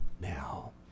now